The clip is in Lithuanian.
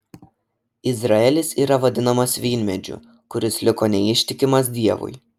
izraelis yra vadinamas vynmedžiu kuris liko neištikimas dievui